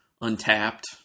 Untapped